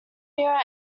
mirror